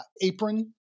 apron